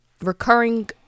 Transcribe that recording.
Recurring